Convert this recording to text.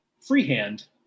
freehand